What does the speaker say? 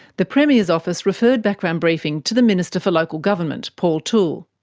the premier's office referred background briefing to the minister for local government, paul toole.